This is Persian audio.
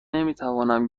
نمیتوانم